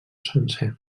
sencer